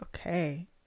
Okay